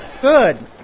Good